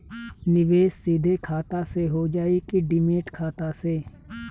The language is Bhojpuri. निवेश सीधे खाता से होजाई कि डिमेट खाता से?